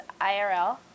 IRL